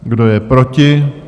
Kdo je proti?